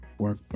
work